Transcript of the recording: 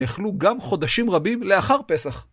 אכלו גם חודשים רבים לאחר פסח.